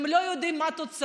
הם לא יודעים מה התוצאות.